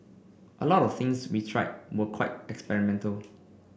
a lot of things we tried were quite experimental